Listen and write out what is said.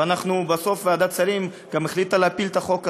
וגם בסוף ועדת השרים החליטה להפיל את החוק הזה.